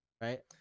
Right